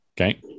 Okay